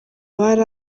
abari